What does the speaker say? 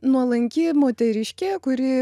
nuolanki moteriškė kuri